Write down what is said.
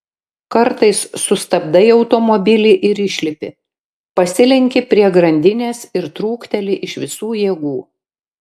kartais sustabdai automobilį ir išlipi pasilenki prie grandinės ir trūkteli iš visų jėgų